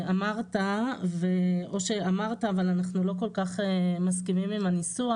אמרת או שאמרת אבל אנחנו לא כל כך מסכימים עם הניסוח,